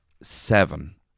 seven